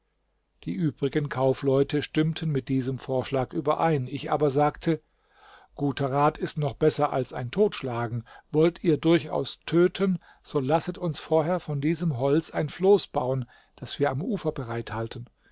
die übrigen kaufleute stimmten mit diesem vorschlag überein ich aber sagte guter rat ist noch besser als totschlagen wollt ihr durchaus töten so lasset uns vorher von diesem holz ein floß bauen das wir am ufer bereithalten